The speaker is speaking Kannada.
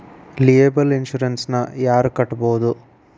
ಲಿಯೆಬಲ್ ಇನ್ಸುರೆನ್ಸ್ ನ ಯಾರ್ ಕಟ್ಬೊದು?